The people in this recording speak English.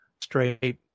straight